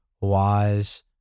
wise